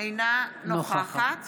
אינה נוכחת